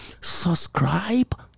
Subscribe